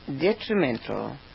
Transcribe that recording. detrimental